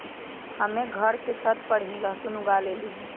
हम्मे घर के छत पर ही लहसुन उगा लेली हैं